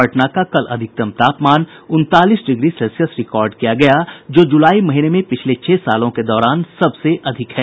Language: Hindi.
पटना का कल अधिकतम तापमान उनतालीस डिग्री सेल्सियस रिकॉर्ड किया गया जो जुलाई महीने में पिछले छह सालों के दौरान सबसे अधिक है